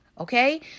Okay